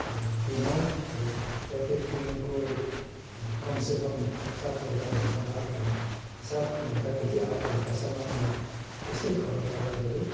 दिनहुँ अनि प्रत्येक दिनको कमसेकम सात घन्टाभन्दा आठ घन् सात घन्टादेखि आठ घन्टासम्म म यस्तै खबर कागजहरू